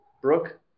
Brooke